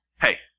Hey